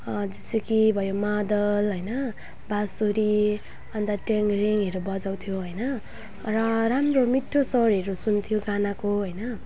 जस्तो कि भयो मादल होइन बाँसुरी अन्त ट्याङरेहरू बजाउँथ्यो होइन र राम्रो मिठो स्वरहरू सुन्थ्यो गानाको होइन